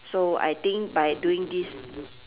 so I think by doing this